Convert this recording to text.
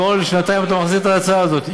כל שנתיים אתה מחזיר את ההצעה הזאת.